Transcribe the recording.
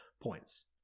points